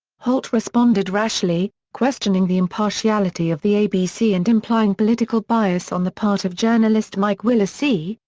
holt responded rashly, questioning the impartiality of the abc and implying political bias on the part of journalist mike willesee,